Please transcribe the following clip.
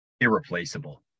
irreplaceable